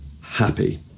happy